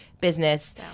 business